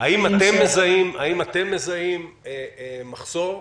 האם אתם מזהים מחסור?